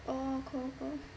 oh cool cool